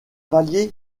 pallier